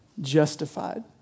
justified